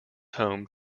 home